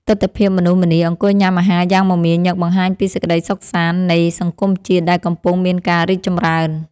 ទិដ្ឋភាពមនុស្សម្នាអង្គុយញ៉ាំអាហារយ៉ាងមមាញឹកបង្ហាញពីសេចក្ដីសុខសាន្តនៃសង្គមជាតិដែលកំពុងមានការរីកចម្រើន។